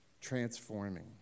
transforming